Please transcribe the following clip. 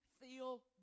feel